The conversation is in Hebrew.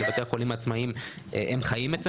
בתי החולים העצמאיים חיים את זה,